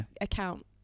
account